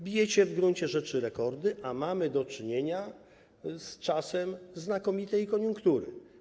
Bijecie w gruncie rzeczy rekordy, a mamy do czynienia z czasem znakomitej koniunktury.